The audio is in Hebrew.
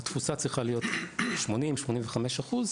התפוסה צריכה להיות 80-85 אחוז,